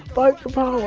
fight the power,